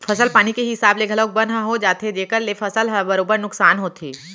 फसल पानी के हिसाब ले घलौक बन ह हो जाथे जेकर ले फसल ह बरोबर नुकसान होथे